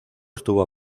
estuvo